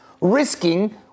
Risking